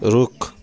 रुख